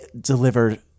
delivered